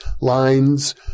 Lines